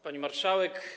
Pani Marszałek!